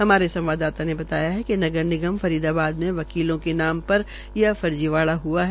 हमारे संवाददाता ने बताया कि नगर निगम फरीदाबाद में वकीलों के नाम यह फर्जीवाड़ा हआ है